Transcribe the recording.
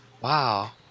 Wow